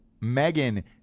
Megan